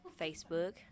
Facebook